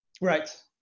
right